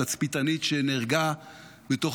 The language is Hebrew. התצפיתנית שנהרגה בתוך